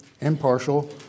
impartial